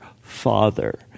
Father